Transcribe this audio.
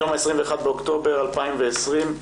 היום ה-21 באוקטובר 2020,